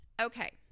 Okay